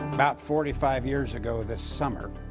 about forty five years ago this summer,